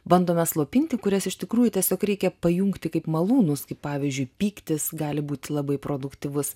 bandome slopinti kurias iš tikrųjų tiesiog reikia pajungti kaip malūnus kaip pavyzdžiui pyktis gali būti labai produktyvus